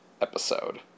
episode